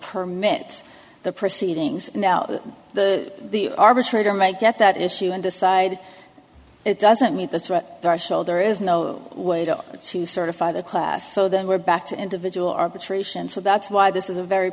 permit the proceedings now the arbitrator may get that issue and decide it doesn't meet the threshold there is no way to sue certify the class so then we're back to individual arbitration so that's why this is a very